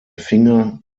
finger